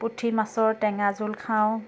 পুঠি মাছৰ টেঙা জোল খাওঁ